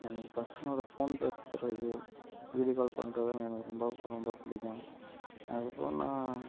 எனக்கு பசங்களோடய ஃபோன் பேசுகிறது வீடியோ கால் பண்ணுறது எனக்கு ரொம்ப ரொம்ப பிடிக்கும் அதுக்கு அப்புறம் நான்